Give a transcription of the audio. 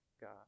God